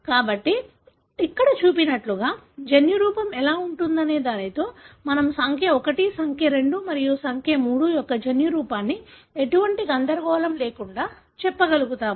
కాబట్టి ఇక్కడ చూపినట్లుగా జన్యురూపం ఎలా ఉంటుందనే దానితో మనం సంఖ్య 1 సంఖ్య 2 మరియు సంఖ్య 3 యొక్క జన్యురూపాన్ని ఎటువంటి గందరగోళం లేకుండా చెప్పగలుగుతాము